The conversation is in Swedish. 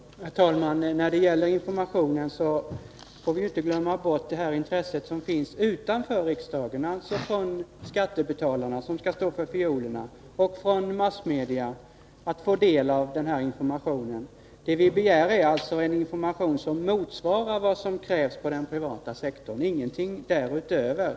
Herr talman! När det gäller informationen får man inte glömma bort det intresse för att ta del av denna information som finns utanför riksdagen, från skattebetalarna, som skall stå för fiolerna, och från massmedia. Det vi begär är alltså en information som motsvarar vad som krävs på den privata sektorn —- ingenting därutöver.